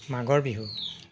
মাঘৰ বিহু